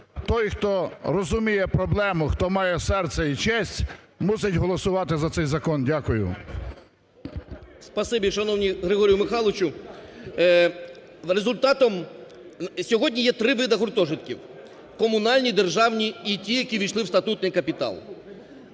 той, хто розуміє проблему, хто має серце і честь, мусить голосувати за цей закон. Дякую.